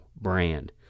brand